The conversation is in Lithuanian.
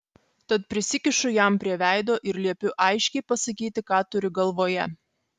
tad prisikišu jam prie veido ir liepiu aiškiai pasakyti ką turi galvoje